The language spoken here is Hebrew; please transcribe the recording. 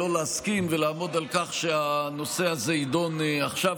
זכותך לא להסכים ולעמוד על כך שהנושא הזה יידון עכשיו,